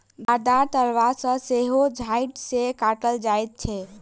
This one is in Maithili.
धारदार तलवार सॅ सेहो झाइड़ के काटल जाइत छै